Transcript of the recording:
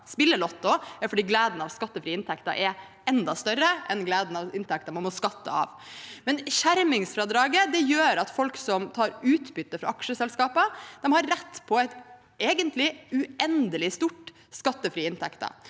spiller lotto, er så klart at gleden over skattefrie inntekter er enda større enn gleden over inntekter man må skatte av. Men skjermingsfradraget gjør at folk som tar utbytte fra aksjeselskaper, egentlig har rett på uendelig store skattefrie inntekter,